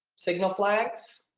signal flags?